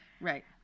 Right